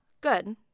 Good